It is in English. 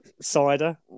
Cider